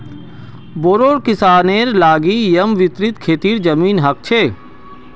बोड़ो किसानेर लिगि येमं विस्तृत खेतीर जमीन ह छे